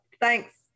thanks